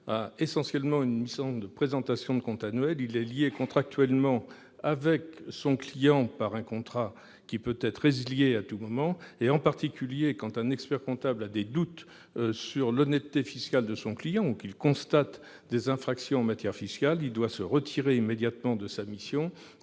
a essentiellement une mission de présentation de comptes annuels. Il est lié contractuellement à son client, par un contrat qui peut être résilié à tout moment. Quand un expert-comptable a des doutes sur l'honnêteté fiscale de son client ou qu'il constate des infractions en matière fiscale, il doit se retirer immédiatement de sa mission